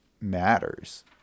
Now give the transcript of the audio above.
matters